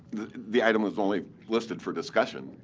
the the item was only listed for discussion,